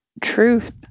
Truth